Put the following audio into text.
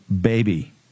baby